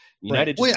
United